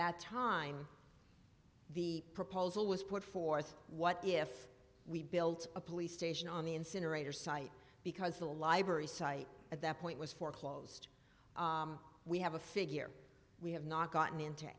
that time the proposal was put forth what if we built a police station on the incinerator site because the library site at that point was foreclosed we have a figure we have not gotten into